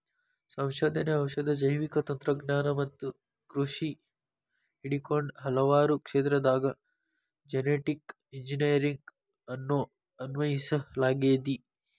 ಸಂಶೋಧನೆ, ಔಷಧ, ಜೈವಿಕ ತಂತ್ರಜ್ಞಾನ ಮತ್ತ ಕೃಷಿ ಹಿಡಕೊಂಡ ಹಲವಾರು ಕ್ಷೇತ್ರದಾಗ ಜೆನೆಟಿಕ್ ಇಂಜಿನಿಯರಿಂಗ್ ಅನ್ನು ಅನ್ವಯಿಸಲಾಗೆತಿ